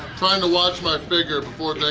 trying to watch my figure before